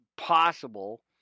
Possible